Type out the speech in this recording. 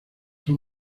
son